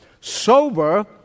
Sober